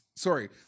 Sorry